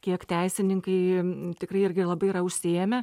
kiek teisininkai tikrai irgi labai yra užsiėmę